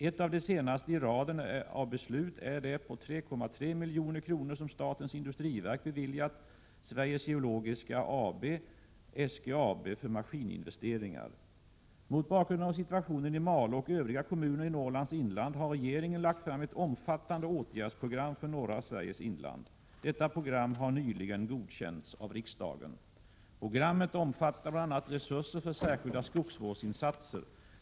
Ett av de senaste i raden av beslut är det på 3,3 milj.kr. som statens industriverk beviljat Sveriges Geologiska AB för maskininvesteringar. Mot bakgrund av situationen i Malå och övriga kommuner i Norrlands inland har regeringen lagt fram ett omfattande åtgärdsprogram för norra Sveriges inland. Detta program har nyligen godkänts av riksdagen. Programmet omfattar bl.a. resurser för särskilda skogsvårdsinsatser.